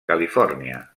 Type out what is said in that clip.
califòrnia